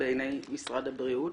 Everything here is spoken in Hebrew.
בעיני משרד הבריאות.